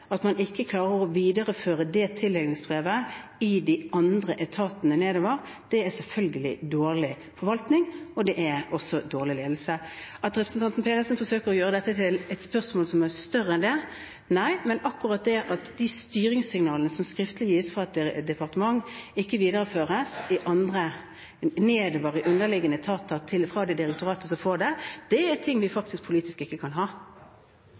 i de andre etatene, er selvfølgelig dårlig forvaltning, og det er også dårlig ledelse. Representanten Pedersen forsøker å gjøre dette til et spørsmål som er større enn det. Nei, det er det ikke, men akkurat det at styringssignalene som skriftlig gis fra et departement, ikke videreføres nedover i underliggende etater fra det direktoratet som får dem, er noe vi politisk ikke kan ha.